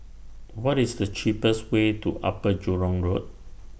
What IS The cheapest Way to Upper Jurong Road